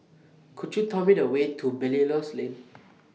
Could YOU Tell Me The Way to Belilios Lane